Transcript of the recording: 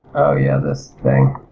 yeah, this thing.